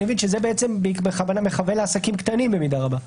אני מבין שזה מכוון לעסקים קטנים במידה רבה.